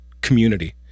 community